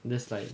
that's like